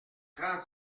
trente